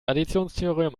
additionstheorem